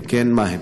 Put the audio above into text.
3. אם כן, מהם?